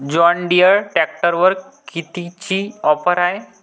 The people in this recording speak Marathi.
जॉनडीयर ट्रॅक्टरवर कितीची ऑफर हाये?